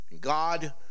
God